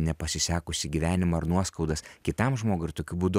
nepasisekusį gyvenimą ar nuoskaudas kitam žmogui ir tokiu būdu